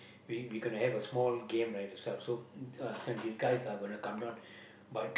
we we can have a small game right to self so uh can these guys are gonna come down